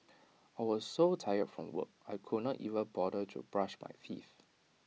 I was so tired from work I could not even bother to brush my teeth